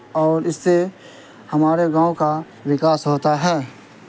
اور اس سے ہمارے گاؤں کا وکاس ہوتا ہے